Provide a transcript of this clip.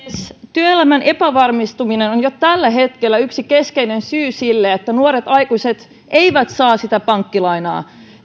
työelämän epävarmentuminen on jo tällä hetkellä yksi keskeinen syy sille että nuoret aikuiset eivät saa sitä pankkilainaa